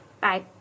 Bye